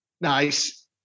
nice